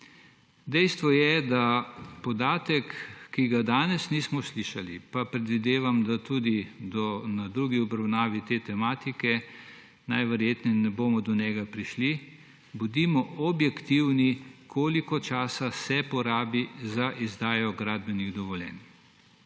Dejstvo je, da podatek, ki ga danes nismo slišali, pa predvidevam, da tudi na drugi obravnavi te tematike najverjetneje ne bomo do njega prišli, bodimo objektivni, koliko časa se porabi za izdajo gradbenih dovoljenj.